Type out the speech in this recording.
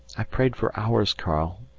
i prayed for hours, karl,